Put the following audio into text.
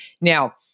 Now